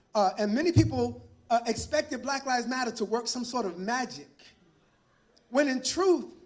and many people ah expect that black lives matter to work some sort of magic when in truth,